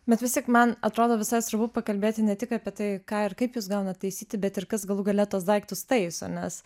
bet vis tik man atrodo visai svarbu pakalbėti ne tik apie tai ką ir kaip jūs gaunat taisyti bet ir kas galų gale tuos daiktus taiso nes